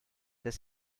des